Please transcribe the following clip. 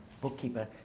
bookkeeper